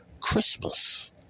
Christmas